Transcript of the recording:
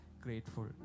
grateful